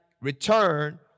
return